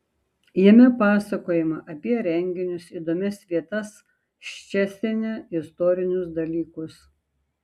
jame pasakojama apie renginius įdomias vietas ščecine istorinius dalykus